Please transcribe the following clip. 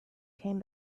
came